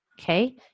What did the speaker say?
Okay